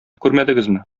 күрмәдегезме